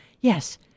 Yes